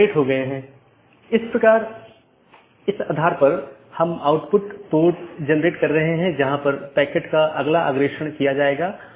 इसलिए मैं AS के भीतर अलग अलग तरह की चीजें रख सकता हूं जिसे हम AS का एक कॉन्फ़िगरेशन कहते हैं